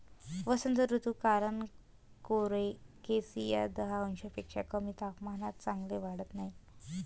वसंत ऋतू कारण कोलोकेसिया दहा अंशांपेक्षा कमी तापमानात चांगले वाढत नाही